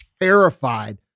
terrified